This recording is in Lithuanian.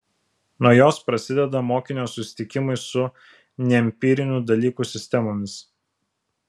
nuo jos prasideda mokinio susitikimai su neempirinių dalykų sistemomis